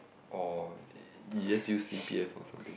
or you just use c_p_f or something